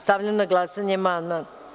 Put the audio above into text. Stavljam na glasanje amandman.